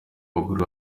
bagore